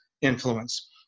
influence